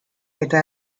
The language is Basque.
eta